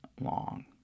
long